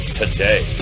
today